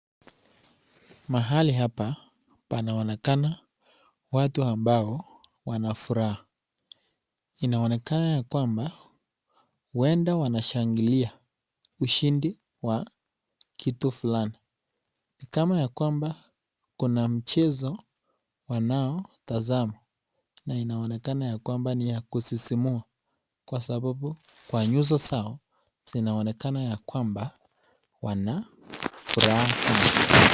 Mahali hapa panaonekana watu ambao wanafuraha. Inaonekana ya kwamba huenda wanashangilia ushindi wa kitu fulani. Ni kama ya kwamba kuna mchezo wanaotazama na inaonekana ya kwamba ni ya kusisimua kwa sababu kwa nyuso zao zinaonekana ya kwamba wana furaha.